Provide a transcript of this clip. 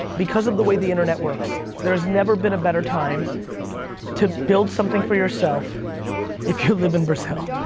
because of the way the internet works, there's never been a better time to built something for yourself if you live in brazil.